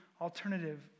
alternative